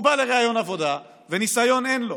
הוא בא לריאיון עבודה וניסיון אין לו,